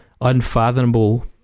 Unfathomable